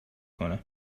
کنم